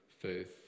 faith